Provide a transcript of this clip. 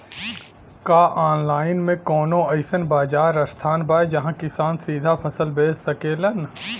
का आनलाइन मे कौनो अइसन बाजार स्थान बा जहाँ किसान सीधा फसल बेच सकेलन?